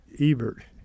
Ebert